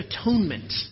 atonement